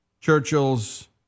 Churchill's